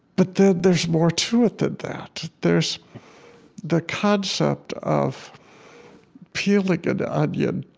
but then there's more to it than that. there's the concept of peeling an onion.